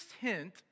hint